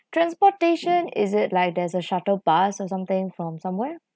transportation is it like there's a shuttle bus or something from somewhere